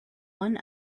one